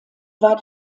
war